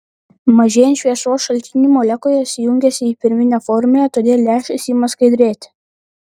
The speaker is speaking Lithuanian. mažėjant šviesos šaltiniui molekulės jungiasi į pirminę formulę todėl lęšis ima skaidrėti